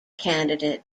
candidate